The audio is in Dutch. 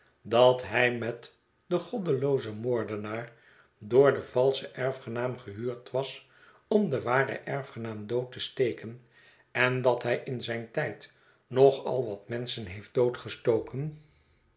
dat hij met den goddeloozen moordenaar door den valschen erfgenaam gehuurd was om den waren erfgenaam dood te steken en dat hij in zijn tijd nog al wat menschen heeft